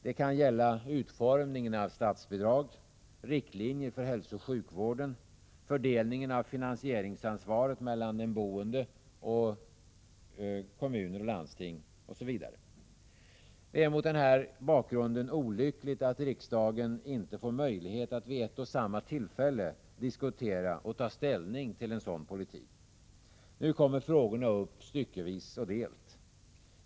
Det kan gälla utformningen av statsbidrag, riktlinjer för hälsooch sjukvården, fördelningen av finansieringsansvaret mellan den boende och kommuner och landsting, osv. Det är mot denna bakgrund olyckligt att riksdagen inte får möjlighet att vid ett och samma tillfälle diskutera och ta ställning till en sådan politik. Nu kommer frågorna upp styckevis och delt.